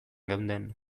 geunden